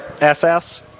SS